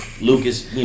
Lucas